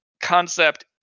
concept